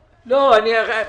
התהליכים.